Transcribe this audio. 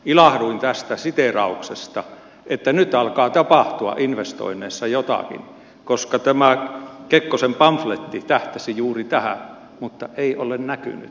ilahduin tästä siteerauksesta että nyt alkaa tapahtua investoinneissa jotakin koska tämä kekkosen pamfletti tähtäsi juuri tähän mutta ei ole näkynyt